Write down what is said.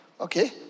Okay